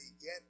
get